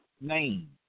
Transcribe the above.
name